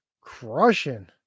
Crushing